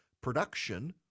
production